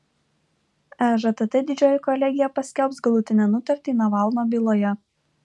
ežtt didžioji kolegija paskelbs galutinę nutartį navalno byloje